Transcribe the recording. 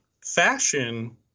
fashion